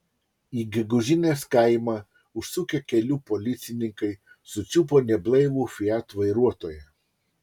į gegužinės kaimą užsukę kelių policininkai sučiupo neblaivų fiat vairuotoją